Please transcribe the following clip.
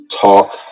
talk